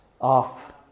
off